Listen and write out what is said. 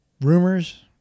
rumors